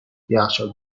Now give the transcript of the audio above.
یخچال